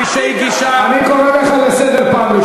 אני קורא לך לסדר פעם ראשונה.